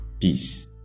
Peace